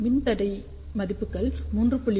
மின்தடைய மதிப்புகள் 3